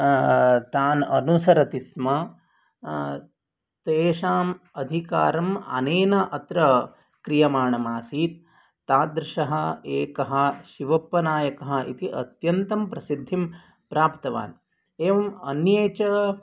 तान् अनुसरति स्म तेषाम् अधिकारम् अनेन अत्र क्रियमाणमासीत् तादृशः एकः शिवप्पनायकः इति अत्यन्तं प्रसिद्धिं प्राप्तवान् एवम् अन्ये च